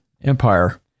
empire